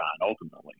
ultimately